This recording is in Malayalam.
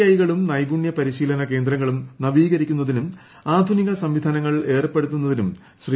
ഐ കളും നൈപുണ്യ പരിശീലന കേന്ദ്രങ്ങളും നവീകരിക്കുന്നതിനും ആധുനിക സംവിധാനങ്ങൾ ഏർപ്പെടുത്തുന്നതിനും ശ്രീ